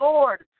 Lord